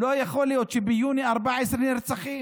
לא יכול להיות שביוני יהיו 14 נרצחים.